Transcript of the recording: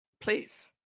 please